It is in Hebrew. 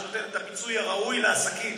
שנותנת את הפיצוי הראוי לעסקים.